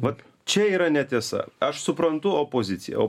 vat čia yra netiesa aš suprantu opoziciją o